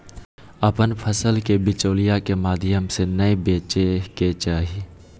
अपन फसल के बिचौलिया के माध्यम से नै बेचय के चाही